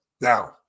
now